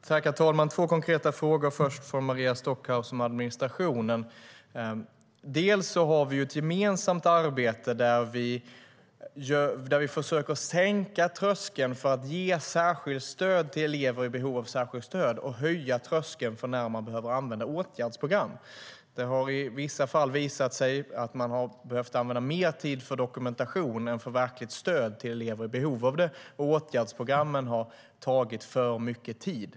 Herr talman! Det var först två konkreta frågor från Maria Stockhaus om administrationen. Dels har vi ett gemensamt arbete där vi försöker sänka tröskeln för att ge stöd till elever i behov av särskilt stöd och höja tröskeln för när åtgärdsprogram behöver användas. Det har i vissa fall visat sig att man har behövt använda mer tid för dokumentation än för verkligt stöd till elever i behov av det, och åtgärdsprogrammen har tagit för mycket tid.